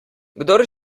kdor